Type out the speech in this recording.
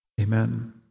Amen